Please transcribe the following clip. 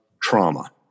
trauma